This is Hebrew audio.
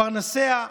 פרנסיה,